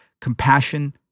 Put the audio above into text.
compassion